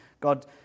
God